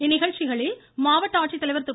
இந்நிகழ்ச்சிகளில் மாவட்ட ஆட்சித்தலைவர் திரு